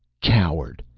coward!